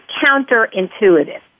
counterintuitive